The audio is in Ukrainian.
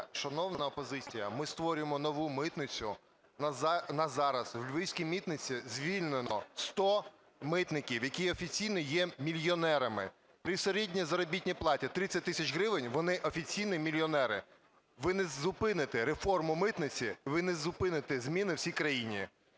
Шановна опозиція, ми створюємо нову митницю. На зараз у львівській митниці звільнено 100 митників, які офіційно є мільйонерами. При середній заробітній платі 30 тисяч гривень вони офіційно мільйонери. Ви не зупините реформу митниці, ви не зупините зміни в цій країні.